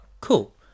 cool